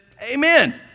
amen